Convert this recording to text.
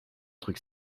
truc